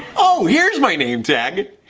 oh, here's my name tag!